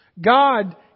God